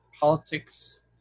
politics